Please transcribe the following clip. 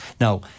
Now